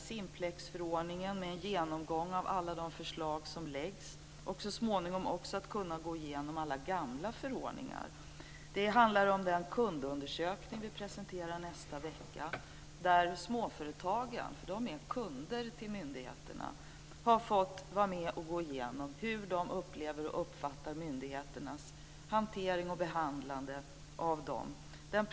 Simplexförordningen, med en genomgång av alla de förslag som läggs fram och så småningom också en genomgång av alla gamla förordningar, är en annan. Det handlar också om den kundundersökning som vi presenterar nästa vecka. Där har småföretagen - för de är kunder till myndigheterna - fått vara med och gå igenom hur de upplever och uppfattar myndigheternas hantering och behandling av företagen.